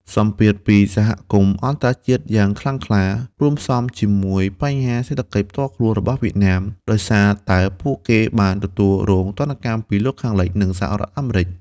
សម្ពាធពីសហគមន៍អន្តរជាតិយ៉ាងខ្លាំងក្លា រួមផ្សំជាមួយបញ្ហាសេដ្ឋកិច្ចផ្ទាល់ខ្លួនរបស់វៀតណាម ដោយសារតែពួកគេបានទទួលរងទណ្ឌកម្មពីលោកខាងលិច និងសហរដ្ឋអាមេរិក។